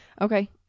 okay